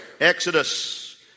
Exodus